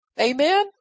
Amen